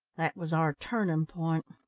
that was our turning point.